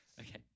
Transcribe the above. Okay